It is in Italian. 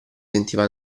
sentiva